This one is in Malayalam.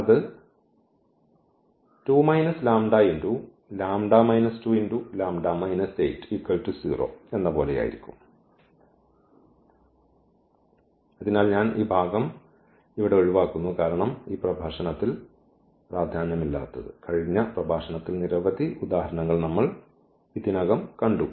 അതിനാൽ അത് പോലെയായിരിക്കും അതിനാൽ ഞാൻ ഈ ഭാഗം ഇവിടെ ഒഴിവാക്കുന്നു കാരണം ഈ പ്രഭാഷണത്തിൽ പ്രാധാന്യമില്ലാത്തത് കഴിഞ്ഞ പ്രഭാഷണത്തിൽ നിരവധി ഉദാഹരണങ്ങൾ നമ്മൾ ഇതിനകം കണ്ടു